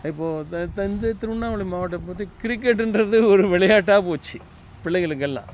இப்போது எனக்கு தெரிஞ்சு திருவண்ணாமல மாவட்டம் பற்றி கிரிகெட்டும்ன்றது ஒரு விளையாட்டாக போச்சு பிள்ளைகளுக்கெல்லாம்